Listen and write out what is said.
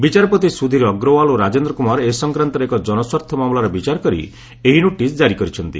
ବିଚାରପତି ସୁଧୀର ଅଗ୍ରୱାଲ ଓ ରାଜେନ୍ଦ୍ର କୁମାର ଏ ସଂକ୍ରାନ୍ତରେ ଏକ ଜନସ୍ୱାର୍ଥ ମାମଲାର ବିଚାର କରି ଏହି ନୋଟିସ୍ ଜାରି କରିଛନ୍ତି